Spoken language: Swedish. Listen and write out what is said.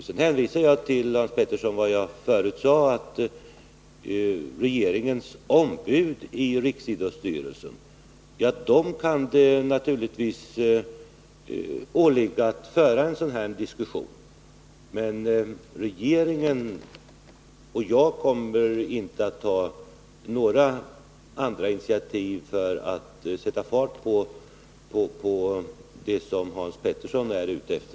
Sedan hänvisar jag Hans Petersson till vad jag förut sade, att det naturligtvis kan åligga regeringens ombud i riksidrottsstyrelsen att föra en sådan här diskussion. Men regeringen — och jag — kommer inte att ta några andra initiativ för att sätta fart på det som Hans Petersson är ute efter.